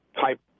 type